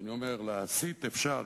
ואני אומר: להסית אפשר,